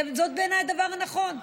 זה בעיניי הדבר הנכון.